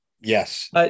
Yes